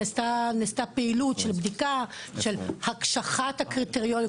נעשתה פעילות של בדיקה, של הקשחת הקריטריונים?